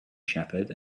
shepherd